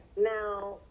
Now